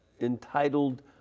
entitled